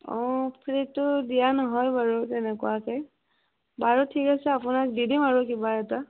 অঁ ফ্ৰীটো দিয়া নহয় বাৰু তেনেকুৱাকৈ বাৰু ঠিক আছে আপোনাক দি দিম আৰু কিবা এটা